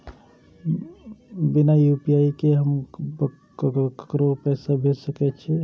बिना यू.पी.आई के हम ककरो पैसा भेज सके छिए?